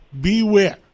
beware